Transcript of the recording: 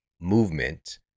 movement